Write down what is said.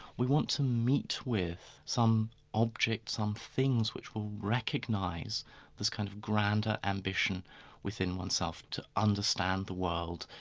we want to meet with some object, some things which will recognise this kind of grander ambition within oneself to understand the world,